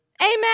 Amen